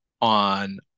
on